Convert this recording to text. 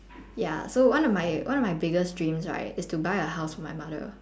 ya so one of my one of my biggest dreams right is to buy a house for my mother